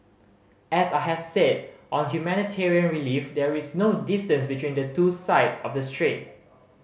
as I have said on humanitarian relief there is no distance between the two sides of the strait